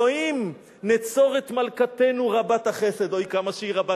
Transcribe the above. "אלוהים, נצור את מלכתנו רבת החסד,